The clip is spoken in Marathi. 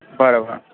बरं बरं